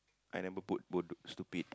I never put bod~ stupid